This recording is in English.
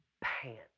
pants